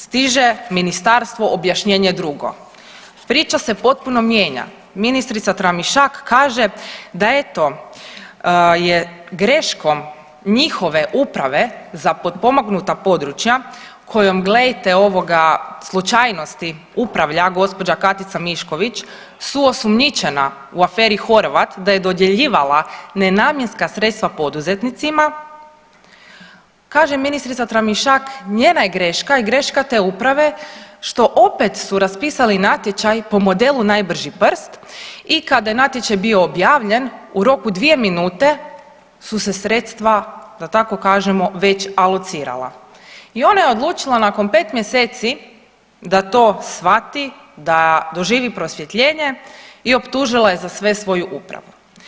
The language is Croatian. Stiže ministarstvo objašnjenje drugo, priča se potpuno mijenja, ministrica Tramišak kaže da eto je greškom njihove uprave za potpomognuta područja kojom gledajte ovoga slučajnosti upravlja gđa. Katica Mišković, su osumnjičena u aferi Horvat da je dodjeljivala nenamjenska sredstva poduzetnicima, kaže ministrica Tramišak njena je greška i greška te uprave što opet su raspisali natječaj po modelu najbrži prst i kada je natječaj bio objavljen u roku dvije minute su se sredstva da tako kažemo već alocirala i ona je odlučila nakon 5 mjeseci da to shvati da doživi prosvjetljenje i optužila je za sve svoju upravu.